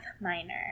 minor